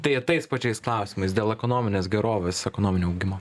tai tais pačiais klausimais dėl ekonominės gerovės ekonominio augimo